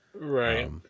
Right